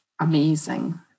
amazing